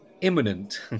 imminent